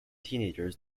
teenagers